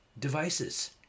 devices